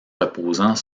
reposant